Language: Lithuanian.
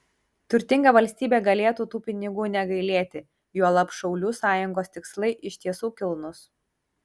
turtinga valstybė galėtų tų pinigų negailėti juolab šaulių sąjungos tikslai iš tiesų kilnūs